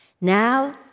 Now